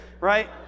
Right